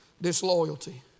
disloyalty